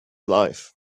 life